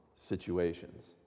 situations